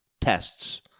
tests